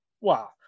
Wow